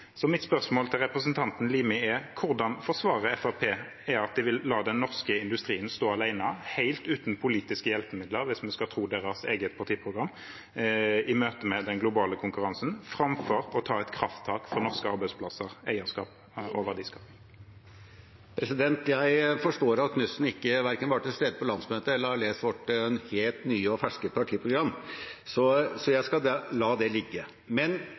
Så mitt spørsmål til representanten Limi er: Hvordan forsvarer Fremskrittspartiet at de vil la den norske industrien stå alene – helt uten politiske hjelpemidler, hvis vi skal tro deres eget partiprogram – i møte med den globale konkurransen, framfor å ta et krafttak for norske arbeidsplasser, eierskap og verdiskaping? Jeg forstår at Knutsen verken var til stede på landsmøtet eller har lest vårt helt nye og ferske partiprogram, så jeg skal la det ligge. Men